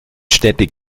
städte